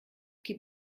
qui